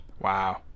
wow